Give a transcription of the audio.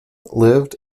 lived